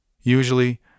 Usually